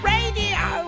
Radio